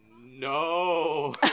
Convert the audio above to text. no